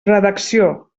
redacció